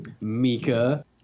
Mika